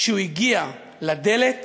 כשהוא הגיע לדלת